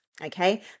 okay